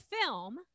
film